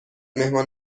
مهمان